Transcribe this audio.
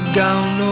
gown